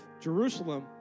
Jerusalem